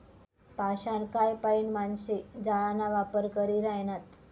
पाषाणकाय पाईन माणशे जाळाना वापर करी ह्रायनात